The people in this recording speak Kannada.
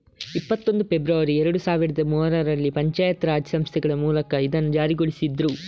ಇಪ್ಪತ್ತೊಂದು ಫೆಬ್ರವರಿ ಎರಡು ಸಾವಿರದ ಮೂರರಲ್ಲಿ ಪಂಚಾಯತ್ ರಾಜ್ ಸಂಸ್ಥೆಗಳ ಮೂಲಕ ಇದನ್ನ ಜಾರಿಗೊಳಿಸಿದ್ರು